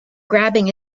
grabbing